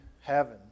heaven